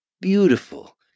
beautiful